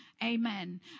Amen